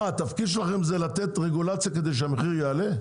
מה, התפקיד שלכם זה לתת רגולציה כדי שהמחיר יעלה?